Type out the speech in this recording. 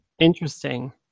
Interesting